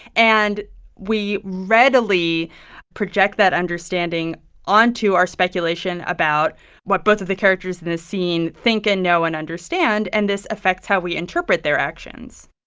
and we readily project that understanding onto our speculation about what both of the characters in the scene think and know and understand, and this affects how we interpret their actions